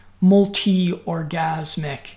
Multi-Orgasmic